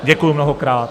Děkuji mnohokrát.